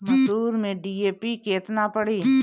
मसूर में डी.ए.पी केतना पड़ी?